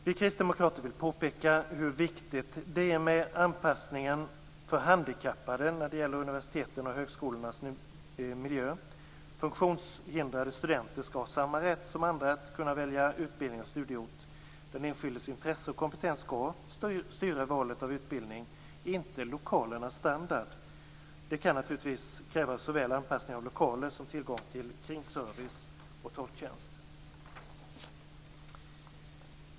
Vi kristdemokrater vill påpeka hur viktigt det är med anpassningen för handikappade när det gäller universitetens och högskolornas miljö. Funktionshindrade studenter skall ha samma rätt som andra att kunna välja utbildning och studieort. Den enskildes intressen och kompetens skall styra valet av utbildning, inte lokalernas standard. Det kan naturligtvis krävas såväl anpassning av lokaler som tillgång till kringservice och tolktjänst.